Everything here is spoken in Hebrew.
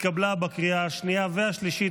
התקבלה בקריאה השנייה והשלישית,